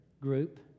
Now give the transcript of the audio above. group